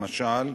למשל,